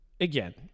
Again